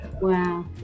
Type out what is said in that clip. wow